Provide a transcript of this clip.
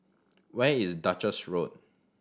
where is Duchess Road